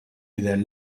jidher